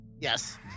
Yes